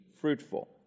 fruitful